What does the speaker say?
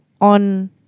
on